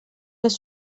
les